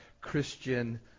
Christian